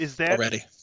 already